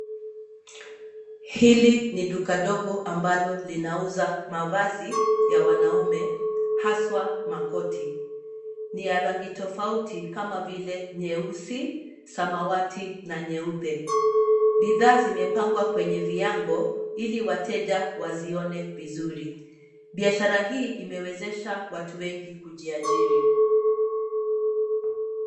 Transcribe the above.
Hili ni duka dogo ambalo linauza mavazi ya wanaume haswa makoti, ni ya rangi tofauti kama vile nyeusi, samawati na nyeupe. Bidhaa zimepangwa kwenye viango ili wateja wazione vizuri, biashara hii imewezesha watu wengi kujiajiri.